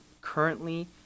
currently